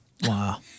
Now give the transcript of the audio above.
Wow